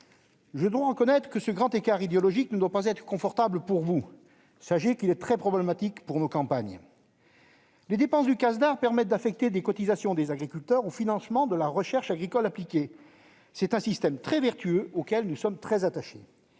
devons reconnaître que ce grand écart idéologique ne doit pas être confortable pour vous. Sachez qu'il est très problématique pour nos campagnes. Les dépenses du Casdar permettent d'affecter les cotisations des agriculteurs au financement de la recherche agricole appliquée. C'est un système particulièrement vertueux, auquel nous sommes très attachés.